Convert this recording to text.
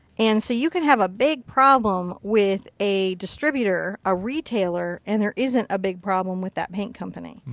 and so you can have a big problem with a distributor, a retailer, and their isn't a big problem with that paint company.